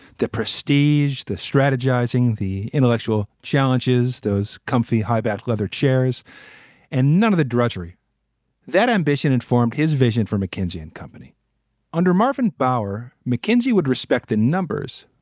the prestige, the strategizing, the intellectual challenges, those comfy high back leather chairs and none of the drudgery that ambition informed his vision for mckinsey and company under marvin bower. mckinsey would respect the numbers,